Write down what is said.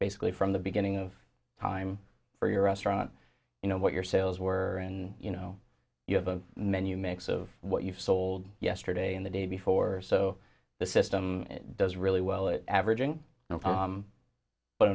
basically from the beginning of time for your restaurant you know what your sales were and you know you have a menu makes of what you sold yesterday and the day before so the system does really well it averaging